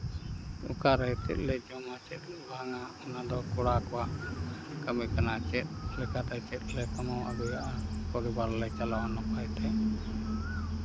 ᱚᱠᱟᱨᱮ ᱪᱮᱫ ᱞᱮ ᱡᱚᱢᱟ ᱪᱮᱫ ᱵᱟᱝᱟ ᱚᱱᱟᱫᱚ ᱠᱚᱲᱟ ᱠᱚᱣᱟᱜ ᱠᱟᱹᱢᱤ ᱠᱟᱱᱟ ᱪᱮᱫ ᱞᱮᱠᱟᱛᱮ ᱪᱮᱫ ᱞᱮ ᱠᱟᱢᱟᱣ ᱟᱹᱜᱩᱭᱟ ᱯᱚᱨᱤᱵᱟᱨᱞᱮ ᱪᱟᱞᱟᱣᱟ ᱱᱟᱯᱟᱭᱛᱮ